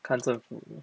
看政府